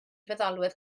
feddalwedd